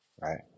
right